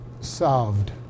solved